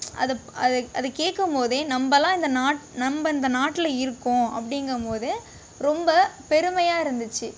அதை அதை கேட்கும் போதே நம்பலாம் இந்த நாட் நம்ப இந்த நாட்டில் இருக்கோம் அப்டிங்கும் போது ரொம்ப பெருமையாக இருந்துச்சு